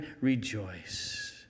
rejoice